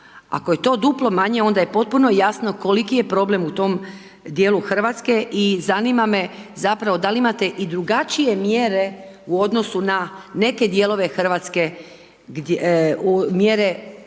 Ako je to duplo manje onda je potpuno jasno koliki je problem u tom dijelu Hrvatske i zanima me zapravo da li imate i drugačije mjere u odnosu na neke dijelove Hrvatske gdje, mjere